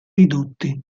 ridotti